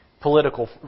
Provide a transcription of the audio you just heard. political